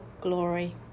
glory